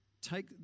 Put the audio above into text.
Take